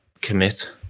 commit